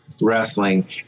wrestling